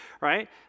right